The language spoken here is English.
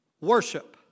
worship